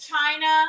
China